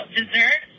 dessert